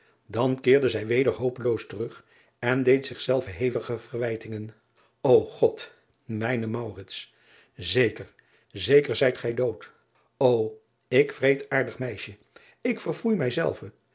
dan keerde zij weder hopeloos terug en deed zichzelve hevige verwijtingen o od mijn zeker zeker zijt gij dood o ik wreedaardig meisje ik verfoei